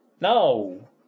No